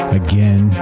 again